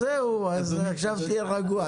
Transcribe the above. אז עכשיו תהיה רגוע.